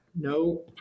no